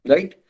Right